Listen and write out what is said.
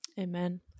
Amen